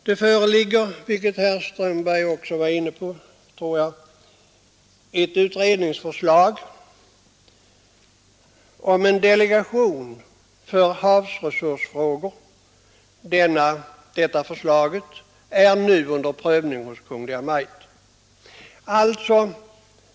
Det föreligger, som herr Strömberg var inne på, ett utredningsförslag om en delegation för havsresursfrågor. Detta förslag ligger nu under prövning hos Kungl. Maj:t.